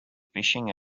fishing